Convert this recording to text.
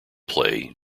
play